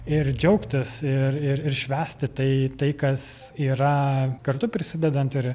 ir džiaugtis ir ir ir švęsti tai tai kas yra kartu prisidedant ir